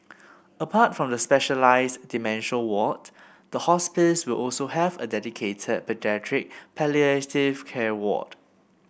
apart from the specialised dementia ward the hospice will also have a dedicated paediatric palliative care ward